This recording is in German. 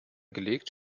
gelegt